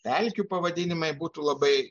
pelkių pavadinimai būtų labai